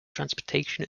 transportation